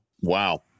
Wow